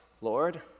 Lord